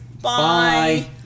Bye